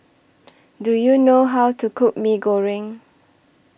Do YOU know How to Cook Mee Goreng